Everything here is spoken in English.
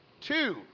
two